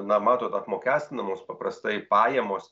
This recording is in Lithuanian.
na matot apmokestinamos paprastai pajamos